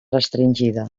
restringida